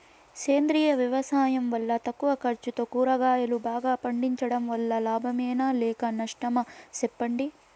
సేంద్రియ వ్యవసాయం వల్ల తక్కువ ఖర్చుతో కూరగాయలు బాగా పండించడం వల్ల లాభమేనా లేక నష్టమా సెప్పండి